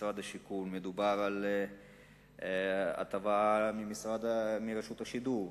ממשרד השיכון, מדובר על הטבה מרשות השידור,